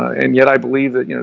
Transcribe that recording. and yet, i believe that, you know